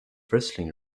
wrestling